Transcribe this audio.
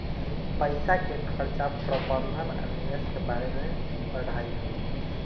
पईसा के खर्चा प्रबंधन आ निवेश के बारे में पढ़ाई ह